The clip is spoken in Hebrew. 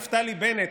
נפתלי בנט,